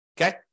Okay